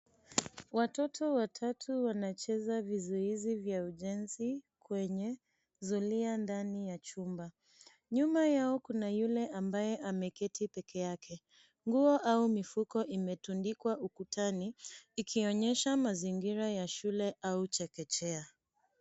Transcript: Watoto watatu wanacheza vizuizi vya ujenzi, kwenye zulia ndani ya chumba. Nyuma yao kuna yule ambaye ameketi peke yake. Nguo au mifuko imetundikwa ukutani, ikionyesha mazingira ya shule au chekechea.